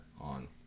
on